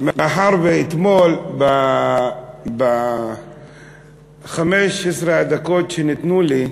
מאחר שאתמול, ב-15 הדקות שניתנו לי,